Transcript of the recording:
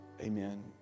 amen